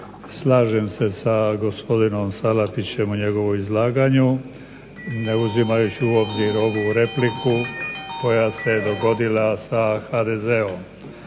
Slažem se sa gospodinom Salapićem o njegovom izlaganju ne uzimajući u obzir ovu repliku koja se dogodila sa HDZ-om